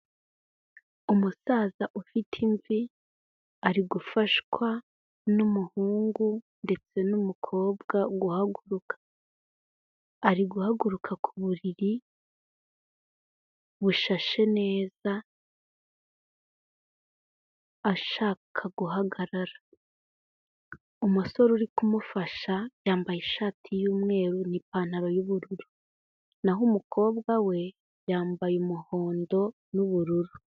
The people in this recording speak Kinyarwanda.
Umusaza ufite imvi ari gufashwa n'umuhungu ndetse n'umukobwa guhaguruka. Ari guhaguruka ku buriri bushashe neza, ashaka guhagarara. Umusore uri kumufasha yambaye ishati y'umweru n'ipantaro y'ubururu naho umukobwa we, yambaye umuhondo n'ubururu.